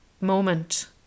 moment